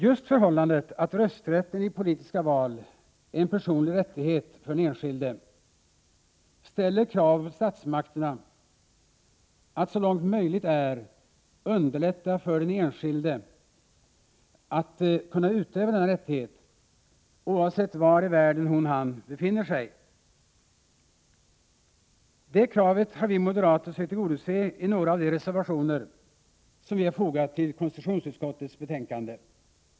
Just förhållandet att rösträtten i politiska val är en personlig rättighet för den enskilde, ställer kravet på statsmakterna att så långt möjligt är underlätta för den enskilde att kunna utöva denna rättighet, oavsett var i världen hon/han befinner sig. Det kravet har vi moderater sökt tillgodose i några av de reservationer som vi har fogat till konstitutionsutskottets betänkande.